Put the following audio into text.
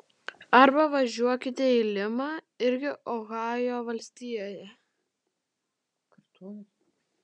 arba važiuokite į limą irgi ohajo valstijoje